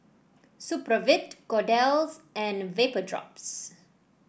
Supravit Kordel's and Vapodrops